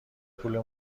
پول